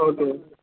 okay okay